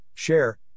share